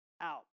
Out